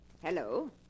Hello